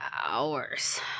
hours